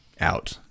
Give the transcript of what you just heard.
out